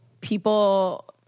people